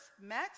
met